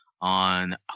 on